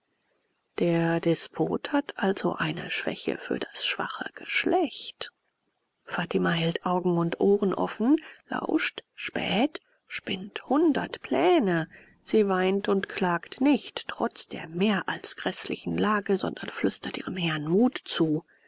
der despot hat also eine schwäche für das schwache geschlecht fatima hält augen und ohren offen lauscht späht spinnt hundert pläne sie weint und klagt nicht trotz der mehr als gräßlichen lage sondern flüstert ihrem herrn mut zu